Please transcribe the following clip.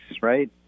right